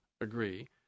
agree